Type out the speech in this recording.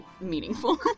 meaningful